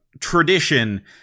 tradition